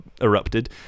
erupted